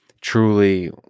truly